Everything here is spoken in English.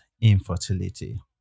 infertility